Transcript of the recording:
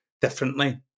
differently